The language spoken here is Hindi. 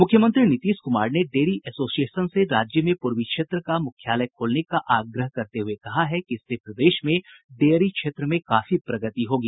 मुख्यमंत्री नीतीश कुमार ने डेयरी एसोसिएशन से राज्य में पूर्वी क्षेत्र का मुख्यालय खोलने का आग्रह करते हुए कहा कि इससे प्रदेश में डेयरी क्षेत्र में काफी प्रगति होगी